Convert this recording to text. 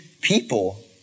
people